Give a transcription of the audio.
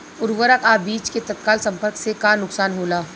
उर्वरक अ बीज के तत्काल संपर्क से का नुकसान होला?